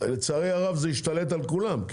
ולצערי הרב זה השתלט על כולם.